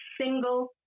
single